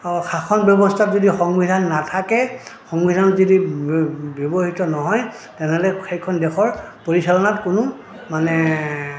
শাসন ব্যৱস্থাত যদি সংবিধান নাথাকে সংবিধানত যদি ব্যৱহৃত নহয় তেনেহ'লে সেইখন দেশৰ পৰিচালনাত কোনো মানে